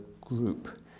group